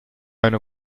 eine